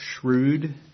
shrewd